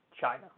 China